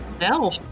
No